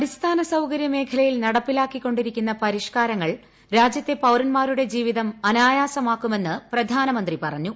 അടിസ്ഥാനസൌകര്യ മേഖലയിൽ നടപ്പിലാക്കിക്കൊിരിക്കുന്ന പരിഷ്കാരങ്ങൾ രാജ്യത്തെ പൌരന്മാരുടെ ജീവിതം അനായാസമാക്കുമെന്ന് പ്രധാനമന്ത്രി പറഞ്ഞു